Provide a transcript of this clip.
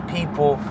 People